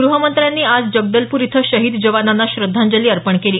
ग्रहमंत्र्यांनी आज जगदलपूर इथं शहीद जवानांना श्रद्धांजली अर्पण केली